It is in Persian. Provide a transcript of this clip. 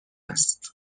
است